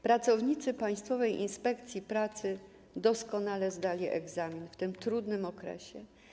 Pracownicy Państwowej Inspekcji Pracy doskonale zdali egzamin w tym trudnym okresie.